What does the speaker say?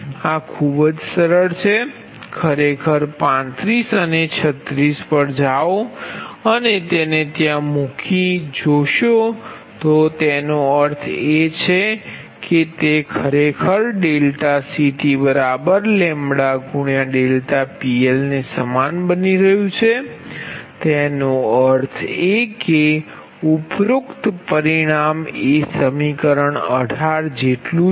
આ ખૂબ જ સરળ છે ખરેખર 35 અને 36 જાઓ અને તેને ત્યાં મૂકી જોશો તો તેનો અર્થ એ છે કે તે ખરેખર ∆CTλ∆PL ને સમાન બની રહ્યું છે તેનો અર્થ એ કે ઉપરોક્ત પરિણામ એ સમીકરણ 18 જેટલું જ છે